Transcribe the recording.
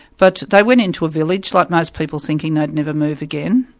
but they went into a village, like most people thinking they'd never move again,